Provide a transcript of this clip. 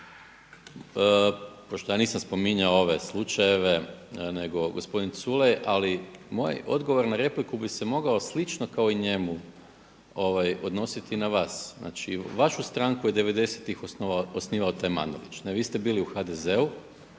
Pošto ja nisam spominjao ove slučajeve nego gospodin Culej, ali moj odgovor na repliku bi se mogao slično kao i njemu odnositi na vas. Vašu stranku je 90.tih osnivao taj Manolić, ne vi ste bili u HDZ-u